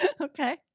okay